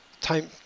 Time